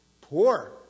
Poor